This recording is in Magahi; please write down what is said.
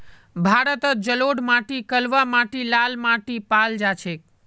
भारतत जलोढ़ माटी कलवा माटी लाल माटी पाल जा छेक